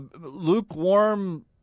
lukewarm